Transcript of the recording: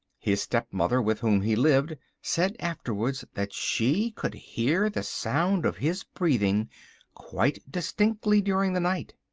his stepmother, with whom he lived, said afterwards that she could hear the sound of his breathing quite distinctly during the night.